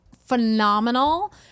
phenomenal